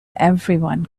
everyone